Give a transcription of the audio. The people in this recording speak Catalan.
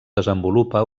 desenvolupa